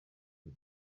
uko